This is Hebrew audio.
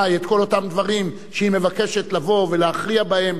את כל אותם דברים שהיא מבקשת לבוא ולהכריע בהם,